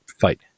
fight